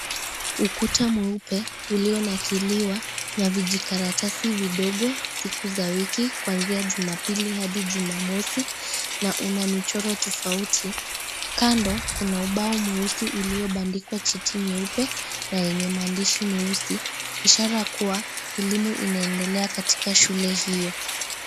Ukita mweupe ulionakiliwa na vijikaratasi vidogo siku za wiki kuanzia Jumapili hadi Jumamosi, na una michoro tofauti. Kando kuna ubao mweusi uliobandikwa cheti nyeupe na yenye maandishi meusi, ishara kuwa elimu inaendelea katika shule hiyo.